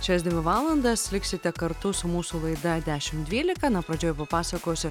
šias dvi valandas liksite kartu su mūsų laida dešimt dvylika na pradžioj papasakosiu